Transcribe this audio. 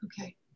Okay